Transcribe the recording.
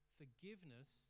forgiveness